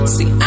See